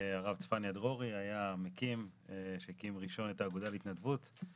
הרב צפניה דרורי היה המקים שהקים ראשון את האגודה להתנדבות.